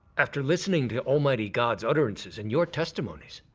after listening to almighty god's utterances and your testimonies,